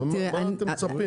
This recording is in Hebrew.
מה אתם מצפים?